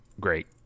great